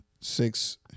six